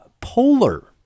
Polar